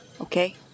Okay